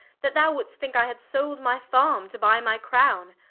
that thou wouldst thinke, i had sold my farme to buy my crowne.